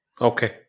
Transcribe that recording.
Okay